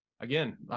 again